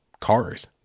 cars